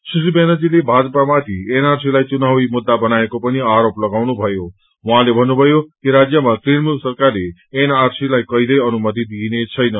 सुश्री व्यानर्जीले भाजपाामाथि एनआरसी लाई चुनावी मुद्दा बनाएको पनि आरोप लागाउनुभयो उाहाँले भन्नुभयो कि रराज्यमा तृणमूल सरकारले एनआरसीलाई कहिल्यै अनुमति दिनेछैन